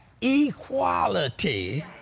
equality